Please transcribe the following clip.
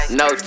no